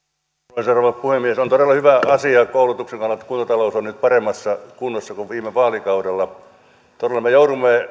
arvoisa rouva puhemies on todella hyvä asia koulutuksen kannalta että kuntatalous on nyt paremmassa kunnossa kuin viime vaalikaudella todella me joudumme